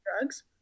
drugs